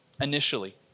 initially